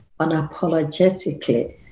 unapologetically